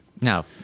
No